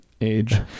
age